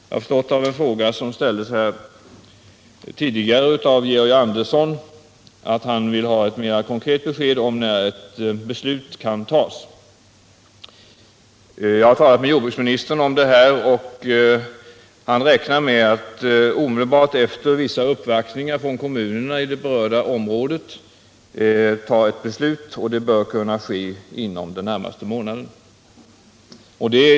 Av en fråga som ställts här tidigare av Georg Andersson har jag förstått att han vill ha ett mera konkret besked om när ett beslut kan fattas när det gäller Övre Åseleälven. Jag har talat med jordbruksministern om detta. Han räknar med att omedelbart efter vissa uppvaktningar från kommunerna i det berörda området kunna ta ett beslut, och detta bör kunna ske inom den närmaste månaden.